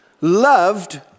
loved